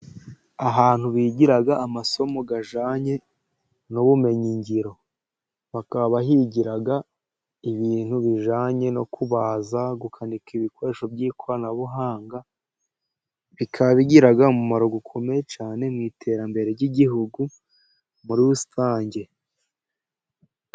Ahantu bigira amasomo ajyanye n'ubumenyi ngiro. Bakaba bahigira ibintu bijyanye no kubaza, gukanika ibikoresho by'ikoranabuhanga, bikaba bigira umumaro ukomeye cyane mu iterambere ry'igihugu muri rusange.